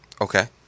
Okay